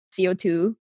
CO2